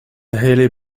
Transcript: haley